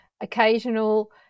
occasional